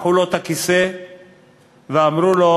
לקחו לו את הכיסא ואמרו לו: